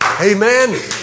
Amen